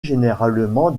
généralement